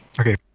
okay